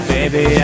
Baby